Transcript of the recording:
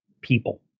people